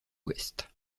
ouest